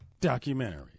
documentary